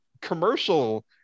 commercial